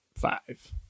five